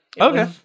Okay